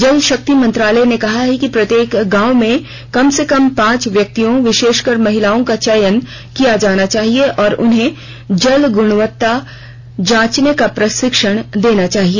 जल शक्ति मंत्रालय ने कहा है कि प्रत्येक गांव में कम से कम पांच व्यक्तियों विशेषकर महिलाओं का चयन किया जाना चाहिए और उन्हें जल गुणवत्ता जांचने का प्रशिक्षण देना चाहिए